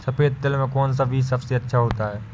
सफेद तिल में कौन सा बीज सबसे अच्छा होता है?